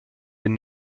den